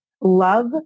love